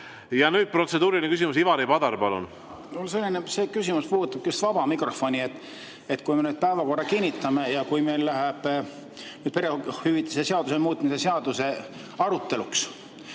tulnud. Protseduuriline küsimus, Ivari Padar, palun! Mu küsimus puudutab just vaba mikrofoni. Kui me nüüd päevakorra kinnitame ja kui meil läheb perehüvitiste seaduse muutmise seaduse aruteluks,